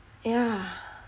yah